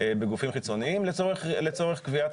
בגופים חיצוניים לצורך קביעת